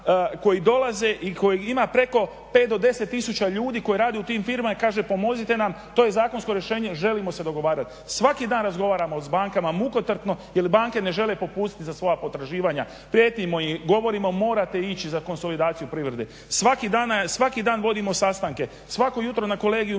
koji dolaze i kojih ima preko 5 do 10 tisuća ljudi koji rade u tim firmama i kaže pomozite nam, to je zakonsko rješenje, želimo se dogovarati. Svaki dan razgovaramo s bankama mukotrpno jer banke ne žele popustiti za svoja potraživanja. Prijetimo i govorimo morate ići za konsolidaciju privrede. Svaki dan vodimo sastanke, svako jutro na kolegiju